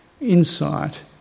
insight